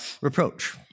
reproach